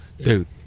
dude